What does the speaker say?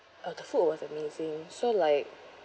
uh the food was amazing so like